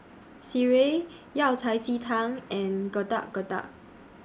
Sireh Yao Cai Ji Tang and Getuk Getuk